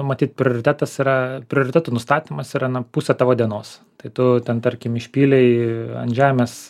matyt prioritetas yra prioritetų nustatymas yra na pusė tavo dienos tai tu ten tarkim išpylei ant žemės